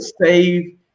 save